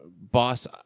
boss